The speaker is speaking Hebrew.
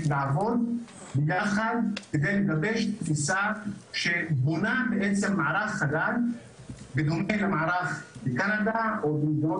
לעבוד ביחד כדי לגבש תפיסה שבונה מערך חדש בדומה למערך בקנדה או במדינות